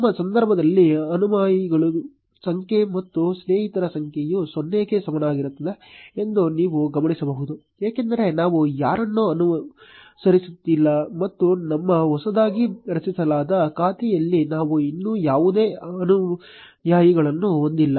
ನಮ್ಮ ಸಂದರ್ಭದಲ್ಲಿ ಅನುಯಾಯಿಗಳ ಸಂಖ್ಯೆ ಮತ್ತು ಸ್ನೇಹಿತರ ಸಂಖ್ಯೆಯು 0 ಕ್ಕೆ ಸಮನಾಗಿರುತ್ತದೆ ಎಂದು ನೀವು ಗಮನಿಸಬಹುದು ಏಕೆಂದರೆ ನಾವು ಯಾರನ್ನೂ ಅನುಸರಿಸುತ್ತಿಲ್ಲ ಮತ್ತು ನಮ್ಮ ಹೊಸದಾಗಿ ರಚಿಸಲಾದ ಖಾತೆಯಲ್ಲಿ ನಾವು ಇನ್ನೂ ಯಾವುದೇ ಅನುಯಾಯಿಗಳನ್ನು ಹೊಂದಿಲ್ಲ